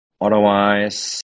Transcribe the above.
Otherwise